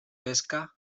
pesca